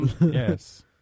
Yes